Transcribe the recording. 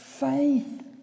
faith